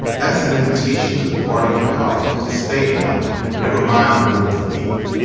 that's an invitation to the party in power to stay in power, nevermind the will of the people.